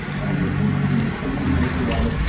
and the, the encoded nature of it,